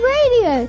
Radio